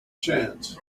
chance